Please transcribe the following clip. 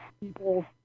people